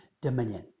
dominion